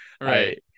Right